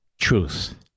truth